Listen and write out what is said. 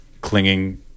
clinging